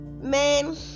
man